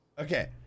Okay